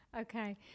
Okay